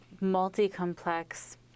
multi-complex